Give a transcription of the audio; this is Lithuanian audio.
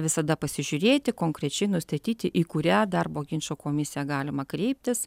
visada pasižiūrėti konkrečiai nustatyti į kurią darbo ginčų komisiją galima kreiptis